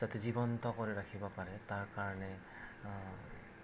যাতে জীৱন্ত কৰি ৰাখিব পাৰে তাৰ কাৰণে